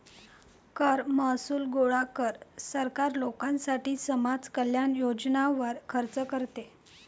कर महसूल गोळा कर, सरकार लोकांसाठी समाज कल्याण योजनांवर खर्च करते